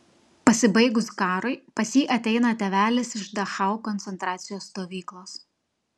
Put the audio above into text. pasibaigus karui pas jį ateina tėvelis iš dachau koncentracijos stovyklos